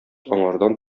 аңардан